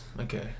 Okay